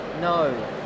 No